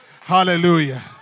Hallelujah